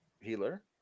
healer